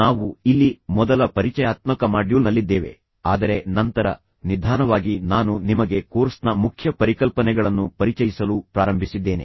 ನಾವು ಇಲ್ಲಿ ಮೊದಲ ಪರಿಚಯಾತ್ಮಕ ಮಾಡ್ಯೂಲ್ನಲ್ಲಿದ್ದೇವೆ ಆದರೆ ನಂತರ ನಿಧಾನವಾಗಿ ನಾನು ನಿಮಗೆ ಕೋರ್ಸ್ನ ಮುಖ್ಯ ಪರಿಕಲ್ಪನೆಗಳನ್ನು ಪರಿಚಯಿಸಲು ಪ್ರಾರಂಭಿಸಿದ್ದೇನೆ